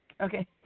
Okay